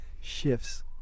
shifts